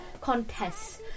contests